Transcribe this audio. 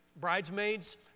bridesmaids